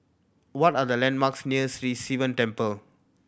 what are the landmarks near Sri Sivan Temple